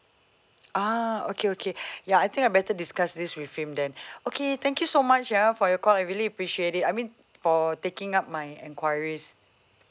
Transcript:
ah okay okay ya I think I better discuss this with him then okay thank you so much ya for your call I really appreciate it I mean for taking up my enquiries